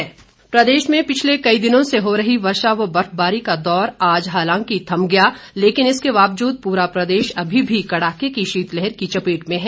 मौसम प्रदेश में पिछले कई दिनों से हो रही वर्षा व बर्फबारी का दौर आज हालांकि थम गया लेकिन इसके बावजूद पूरा प्रदेश अमी भी कड़ाके की शीतलहर की चपेट में है